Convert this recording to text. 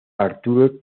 arturo